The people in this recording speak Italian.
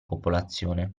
popolazione